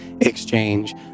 exchange